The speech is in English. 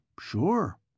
Sure